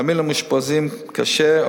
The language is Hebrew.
תמהיל המאושפזים קשה.